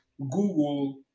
Google